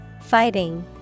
Fighting